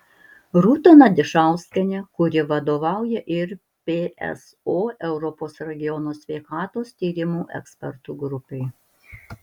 rūta nadišauskienė kuri vadovauja ir pso europos regiono sveikatos tyrimų ekspertų grupei